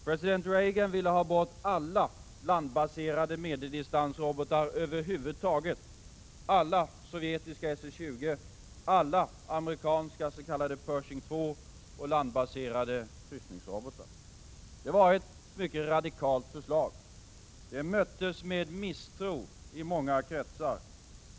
President Reagan ville ha bort alla landbaserade medeldistansrobotar över huvud taget, alla sovjetiska SS 20, alla amerikanska s.k. Pershing 2-robotar och landbaserade kryssningsrobotar. Det var ett mycket radikalt förslag, som möttes med misstro i många kretsar.